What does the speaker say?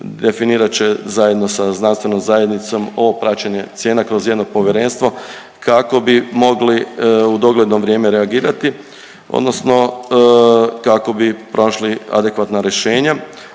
definirat će zajedno sa znanstvenom zajednicom o praćenje cijena kroz jedno povjerenstvo kako bi mogli u dogledno vrijeme reagirati, odnosno kako bi pronašli adekvatna rješenja